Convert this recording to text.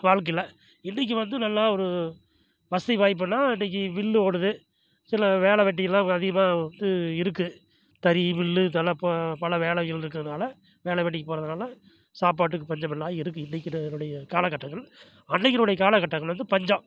வாழ்க்கையில இன்னைக்கு வந்து நல்லா ஒரு வசதி வாய்ப்புனால் இன்னைக்கு மில்லு ஓடுது சில வேலை வெட்டி எல்லாம் அதிகமாக வந்து இருக்குது தறி மில்லு பல வேலைகள் இருக்கிறதுனால வேலை வெட்டிக்கு போகிறதுனால சாப்பாட்டுக்கு பஞ்சமில்லாம இருக்குது இன்னைக்கு நான் என்னுடைய காலகட்டங்கள் அன்னைக்கினுடைய காலகட்டங்கள் வந்து பஞ்சம்